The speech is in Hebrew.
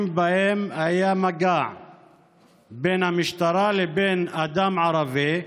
שבהן היה מגע בין המשטרה לבין אדם ערבי,